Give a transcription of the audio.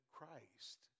Christ